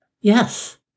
Yes